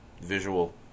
visual